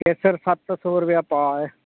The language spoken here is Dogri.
केसर सत्त सौ रपेआ पाऽ ऐ